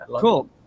Cool